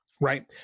right